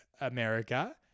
America